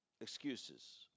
excuses